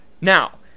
Now